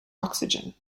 oxygen